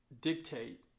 dictate